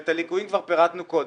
ואת הליקויים כבר פירטנו קודם.